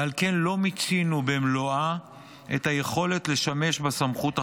ועל כן לא מיצינו במלואה את היכולת להשתמש בסמכות החדשה.